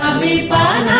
the bon